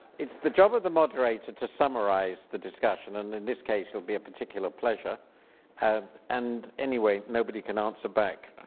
it's the job of the moderator to summarize the discussion and in this case there'll be a particular pleasure and and anyway, nobody can answer back.